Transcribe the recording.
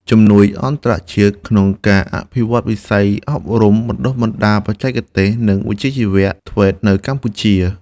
ជំនួយអន្តរជាតិក្នុងការអភិវឌ្ឍវិស័យអប់រំបណ្តុះបណ្តាលបច្ចេកទេស និងវិជ្ជាជីវៈ (TVET) នៅកម្ពុជា។